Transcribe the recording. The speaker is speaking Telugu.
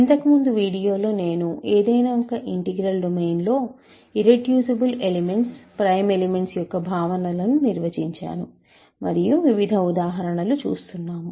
ఇంతకుముందు వీడియోలో నేను ఏదైనా ఒక ఇంటిగ్రల్ డొమైన్ లో ఇర్రెడ్యూసిబుల్ ఎలిమెంట్స్ ప్రైమ్ ఎలిమెంట్స్ యొక్క భావనలను నిర్వచించాను మరియు వివిధ ఉదాహరణలు చూస్తున్నాము